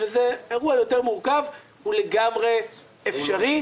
זה אירוע יותר מורכב, והוא לגמרי אפשרי.